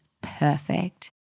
perfect